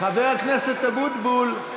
חבר הכנסת אבוטבול,